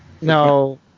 No